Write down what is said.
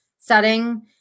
setting